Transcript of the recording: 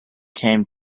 came